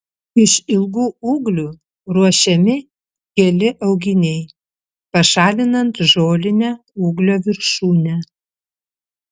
iš ilgų ūglių ruošiami keli auginiai pašalinant žolinę ūglio viršūnę